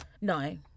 No